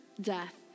death